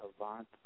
Avant